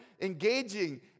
engaging